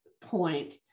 point